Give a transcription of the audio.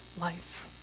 life